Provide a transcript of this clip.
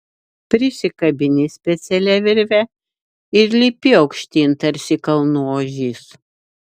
prisikabini specialia virve ir lipi aukštyn tarsi kalnų ožys